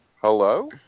hello